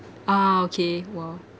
ah okay !wah!